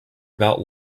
about